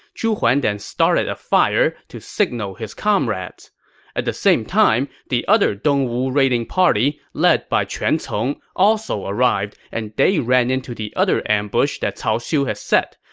zhu huan then started a fire to signal his comrades at the same time, the other dongwu raiding party, led by quan cong, also arrived and they ran into the other ambush that cao xiu had set.